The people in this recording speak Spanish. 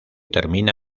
termina